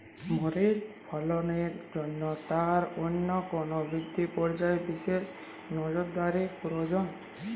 মরিচ ফলনের জন্য তার কোন কোন বৃদ্ধি পর্যায়ে বিশেষ নজরদারি প্রয়োজন?